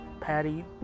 patty